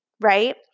Right